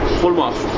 full marks!